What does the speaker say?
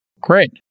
great